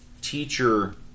teacher